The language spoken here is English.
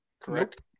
Correct